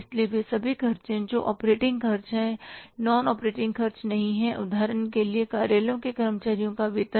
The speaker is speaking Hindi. इसलिए वे सभी खर्च जो ऑपरेटिंगखर्च है नॉन ऑपरेटिंग खर्च नहीं हैं उदाहरण के लिए कार्यालय के कर्मचारियों का वेतन